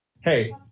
Hey